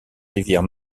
rivière